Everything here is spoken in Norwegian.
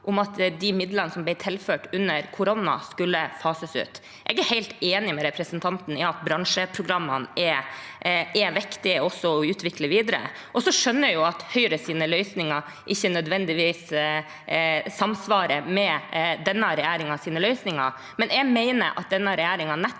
om at de midlene som ble tilført under koronapandemien, skulle fases ut. Jeg er egentlig helt enig med representanten Hagerup i at bransjeprogrammene også er viktig å utvikle videre. Jeg skjønner at Høyres løsninger ikke nødvendigvis samsvarer med denne regjeringens løsninger, men jeg mener at denne regjeringen nettopp